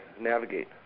navigate